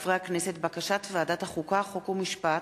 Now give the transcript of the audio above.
בקשת ועדת החוקה, חוק ומשפט,